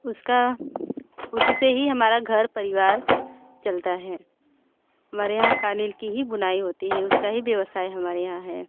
उसका उससे ही हमारा घर परिवार चलता हैं हमारे यहाँ कालीन की ही बुनाई होती है उसका ही व्यवसाय हमारे यहाँ है